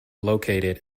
located